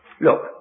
Look